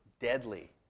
deadly